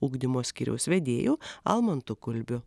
ugdymo skyriaus vedėju almantu kulbiu